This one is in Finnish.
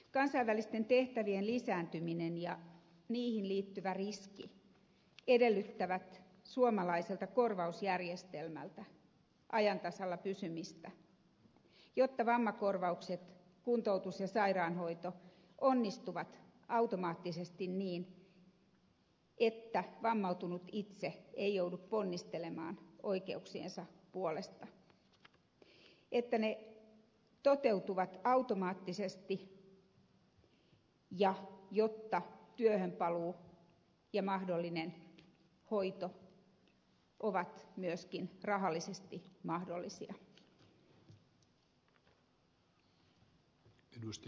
kansainvälisten tehtävien lisääntyminen ja niihin liittyvä riski edellyttävät suomalaiselta korvausjärjestelmältä ajan tasalla pysymistä jotta vammakorvaukset kuntoutus ja sairaanhoito onnistuvat automaattisesti niin että vammautunut itse ei joudu ponnistelemaan oikeuksiensa puolesta että ne toteutuvat automaattisesti ja että työhönpaluu ja mahdollinen hoito ovat myöskin rahallisesti mahdollisia